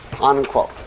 Unquote